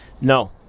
No